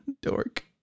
Dork